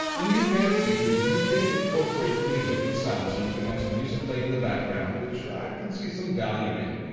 in the advanced features, you can incorporate music and sound. so, you can have some music playing in the background, which i can see some value in.